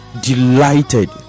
delighted